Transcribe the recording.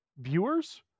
viewers